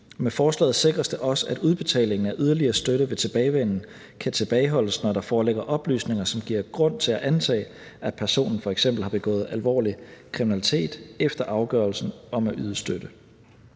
Med forslaget sikres det også, at udbetaling af yderligere støtte ved tilbagevenden kan tilbageholdes, når der foreligger oplysninger, som giver grund til at antage, at personen f.eks. har begået alvorlig kriminalitet efter afgørelsen om at yde støtte.